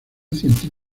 cientos